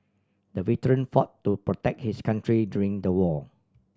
the veteran fought to protect his country during the war